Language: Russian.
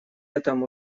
этом